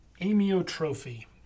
amyotrophy